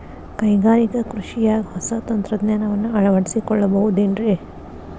ಕೈಗಾರಿಕಾ ಕೃಷಿಯಾಗ ಹೊಸ ತಂತ್ರಜ್ಞಾನವನ್ನ ಅಳವಡಿಸಿಕೊಳ್ಳಬಹುದೇನ್ರೇ?